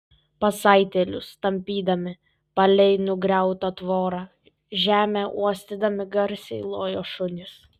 pasaitėlius tampydami palei nugriautą tvorą žemę uostydami garsiai lojo šunys